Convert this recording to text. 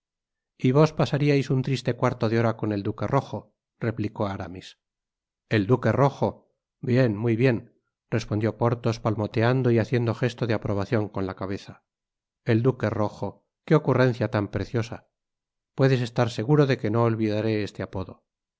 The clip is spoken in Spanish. y vos pasaríais un triste cuarto de hora con el duque rojo replicó aramis el duque rojo bien muy bien respondió porthos palmoteando y haciendo gesto de aprobacion con la cabeza el duque rojo que ocurrencia tan preciosa puedes estar seguro de que no olvidaré este apodo